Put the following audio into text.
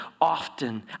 often